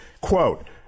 Quote